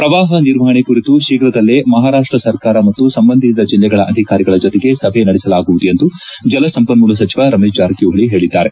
ಪ್ರವಾಹ ನಿರ್ವಹಣೆ ಕುರಿತು ಶೀಫ್ರದಲ್ಲೇ ಮಹಾರಾಷ್ಟ ಸರ್ಕಾರ ಮತ್ತು ಸಂಬಂಧಿಸಿದ ಜಿಲ್ಲೆಗಳ ಅಧಿಕಾರಿಗಳ ಜೊತೆಗೆ ಸಭೆ ನಡೆಸಲಾಗುವುದು ಎಂದು ಜಲ ಸಂಪನ್ಮೂಲ ಸಚಿವ ರಮೇಶ್ ಜಾರಕಿಹೊಳಿ ಹೇಳಿದ್ದಾರೆ